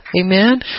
Amen